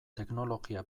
teknologia